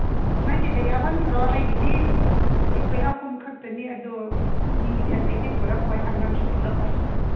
ꯅꯪꯒꯤꯗ ꯌꯥꯎꯍꯟꯈ꯭ꯔꯣ ꯑꯩꯒꯤꯗꯤ ꯑꯩꯈꯣꯏ ꯑꯍꯨꯝꯈꯛꯇꯅꯤ ꯑꯗꯨ ꯃꯤꯗꯤ ꯑꯇꯩꯗꯤ ꯄꯨꯔꯛꯑꯣꯏ ꯑꯉꯥꯡꯁꯨ ꯄꯨꯔꯛꯑꯣꯏ